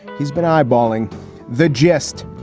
he's been eyeballing the gist.